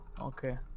Okay